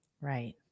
Right